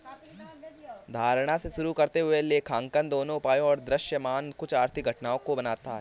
धारणा से शुरू करते हुए लेखांकन दोनों उपायों और दृश्यमान कुछ आर्थिक घटनाओं को बनाता है